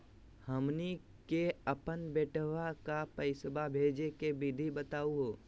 हमनी के अपन बेटवा क पैसवा भेजै के विधि बताहु हो?